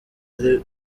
ari